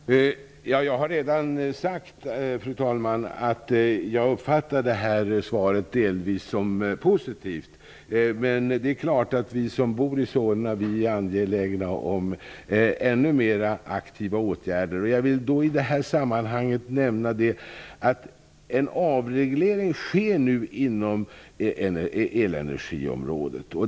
Fru talman! Jag har redan sagt att jag uppfattar svaret som delvis positivt. Men det är klart att vi som bor i Solna är angelägna om att det skall bli ännu mera aktiva åtgärder. Jag vill i det här sammanhanget nämna att en avreglering sker inom elenergiområdet.